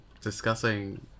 discussing